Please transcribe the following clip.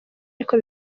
ariko